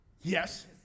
Yes